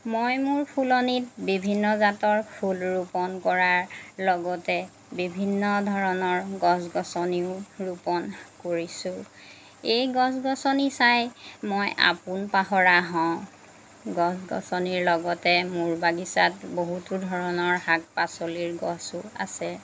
মই মোৰ ফুলনিত বিভিন্ন জাতৰ ফুল ৰোপণ কৰাৰ লগতে বিভিন্ন ধৰণৰ গছ গছনিও ৰোপণ কৰিছোঁ এই গছ গছনি চাই মই আপোন পাহৰা হওঁ গছ গছনিৰ লগতে মোৰ বাগিচাত বহুতো ধৰণৰ শাক পাচলিৰ গছো আছে